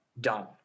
done